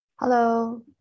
Hello